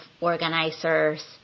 organizers